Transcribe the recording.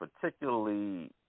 particularly